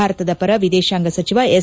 ಭಾರತದ ಪರ ವಿದೇಶಾಂಗ ಸಚಿವ ಎಸ್